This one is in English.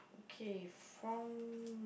okay from